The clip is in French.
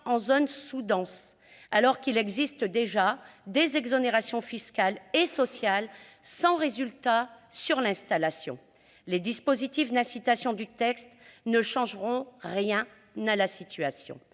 en zones sous-denses, alors qu'il existe déjà des exonérations fiscales et sociales sans effet sur l'installation. Ces nouveaux dispositifs d'incitation ne changeront rien à la situation.